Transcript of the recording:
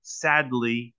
sadly